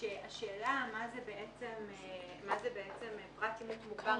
שהשאלה מה זה בעצם פרט שימוש מוכר,